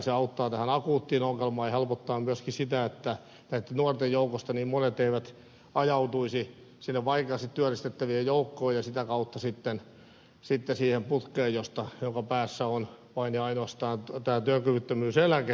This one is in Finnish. se auttaa tähän akuuttiin ongelmaan ja helpottaa myöskin sitä että näitten nuorten joukosta niin monet eivät ajautuisi sinne vaikeasti työllistettävien joukkoon ja sitä kautta sitten siihen putkeen jonka päässä on vain ja ainoastaan tämä työkyvyttömyyseläke